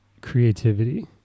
creativity